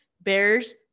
bears